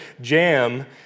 jam